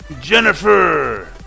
Jennifer